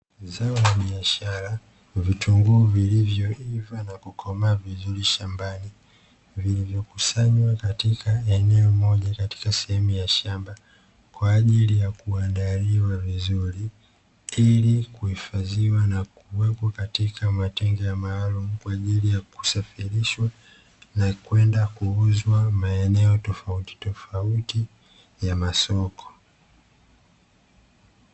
Zao la biashara. Vitunguu vilivyoiva na kukomaa vizuri shambani, vilivyokusanywa katika eneo moja katika sehemu ya shamba, kwa ajili ya kuandaliwa vizuri ili kuhifadhiwa na kuwekwa katika matenga maalumu, kwa ajili ya kusafirishwa na kwenda kuuzwa maeneo tofautitofauti ya masoko.